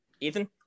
Ethan